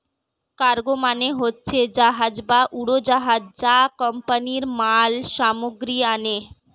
cargo মানে হচ্ছে জাহাজ বা উড়োজাহাজ যা কোম্পানিরা মাল সামগ্রী আনে